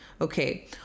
Okay